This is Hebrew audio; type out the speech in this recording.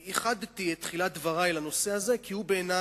ייחדתי את תחילת דברי לנושא הזה כי הוא בעיני